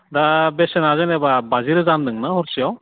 दा बेसेना जेनेबा बाजि रोजा होनदोंना हरसेयाव